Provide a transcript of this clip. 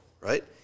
Right